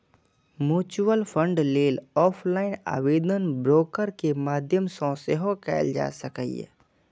mutual fund लेल offline आवेदन broker के माध्यम सं सेहो कैल जा सकैए